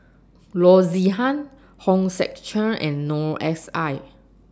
Loo Zihan Hong Sek Chern and Noor S I